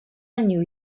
new